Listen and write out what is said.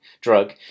drug